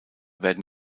werden